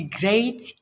great